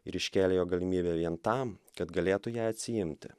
ir iškėlė jo galimybę vien tam kad galėtų ją atsiimti